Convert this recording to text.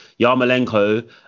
Yarmolenko